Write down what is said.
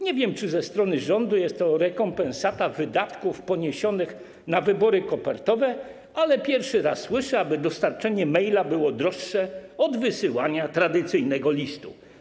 Nie wiem, czy ze strony rządu jest to rekompensata wydatków poniesionych na wybory kopertowe, ale pierwszy raz słyszę, aby dostarczenie maila było droższe od wysłania tradycyjnego listu.